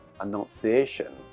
Annunciation